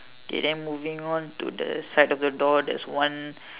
k then moving on to the side of the door there's one